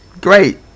Great